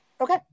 Okay